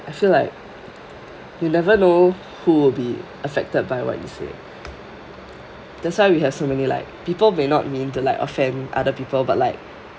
I feel like you never know who will be affected by what you say that's why we have so many like people may not mean to like offend other people but like